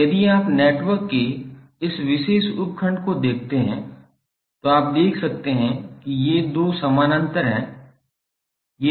अब यदि आप नेटवर्क के इस विशेष उपखण्ड को देखते हैं तो आप देख सकते हैं कि ये 2 समानांतर हैं